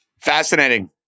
Fascinating